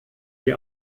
die